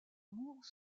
moore